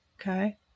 Okay